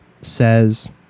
says